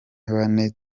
bane